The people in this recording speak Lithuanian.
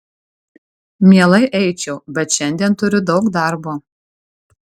mielai eičiau bet šiandien turiu daug darbo